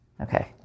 Okay